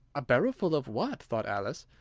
a barrowful of what? thought alice.